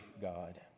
God